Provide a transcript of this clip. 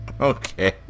Okay